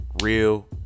real